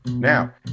Now